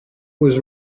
was